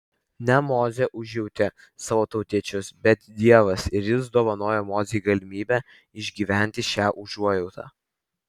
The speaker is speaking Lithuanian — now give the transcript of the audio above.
ne mozė užjautė savo tautiečius bet dievas ir jis dovanoja mozei galimybę išgyventi šią užuojautą